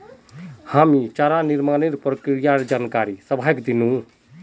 हामी चारा निर्माणेर प्रक्रियार जानकारी सबाहको दिनु